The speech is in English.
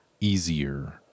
easier